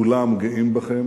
כולם, גאים בכם,